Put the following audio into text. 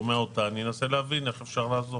אנסה להבין איך אפשר לעזור.